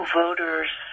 voters